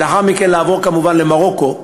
ולאחר מכן לעבור כמובן למרוקו,